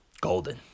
golden